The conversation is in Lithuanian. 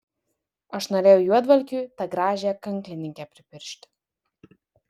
aš norėjau juodvalkiui tą gražiąją kanklininkę pripiršti